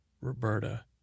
Roberta